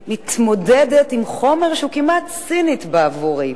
מתמודדת עם חומר שהוא כמעט סינית בעבורי.